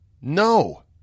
No